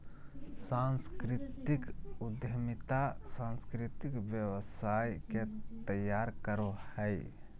सांस्कृतिक उद्यमिता सांस्कृतिक व्यवसाय के तैयार करो हय